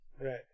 right